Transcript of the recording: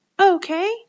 Okay